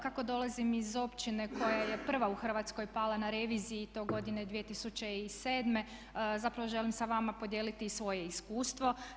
Kako dolazim iz općine koja je prva u Hrvatskoj pala na reviziji i to godine 2007. zapravo želim sa vama podijeliti i svoje iskustvo.